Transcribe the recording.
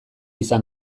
izan